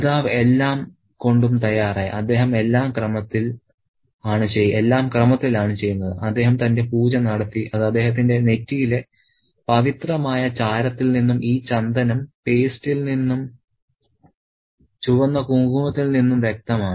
പിതാവ് എല്ലാം കൊണ്ടും തയ്യാറായി അദ്ദേഹം എല്ലാം ക്രമത്തിൽ ആണ് ചെയ്യുന്നത് അദ്ദേഹം തന്റെ പൂജ നടത്തി അത് അദ്ദേഹത്തിന്റെ നെറ്റിയിലെ പവിത്രമായ ചാരത്തിൽ നിന്നും ഈ ചന്ദന പേസ്റ്റിൽ നിന്നും ചുവന്ന കുങ്കുമത്തിൽ നിന്നും വ്യക്തമാണ്